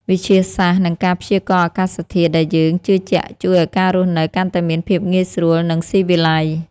វិទ្យាសាស្ត្រ និងការព្យាករណ៍អាកាសធាតុដែលយើងជឿជាក់ជួយឱ្យការរស់នៅកាន់តែមានភាពងាយស្រួល និងស៊ីវិល័យ។